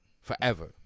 Forever